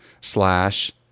slash